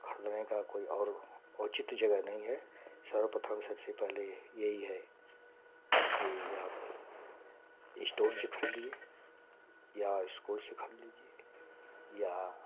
ख़रीदने का कोई और औचित्य जगह नहीं है सर्वप्रथम सबसे पहले यही है कि आप इश्टोर से ख़रीदीए या इस्कूल से ख़रीद लीजिए या